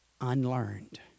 Unlearned